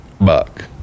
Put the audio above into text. buck